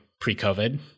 pre-COVID